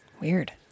Weird